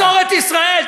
מסורת ישראל.